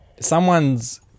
someone's